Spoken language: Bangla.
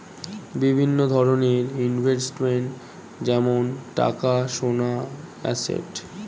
বিভিন্ন ধরনের ইনভেস্টমেন্ট যেমন টাকা, সোনা, অ্যাসেট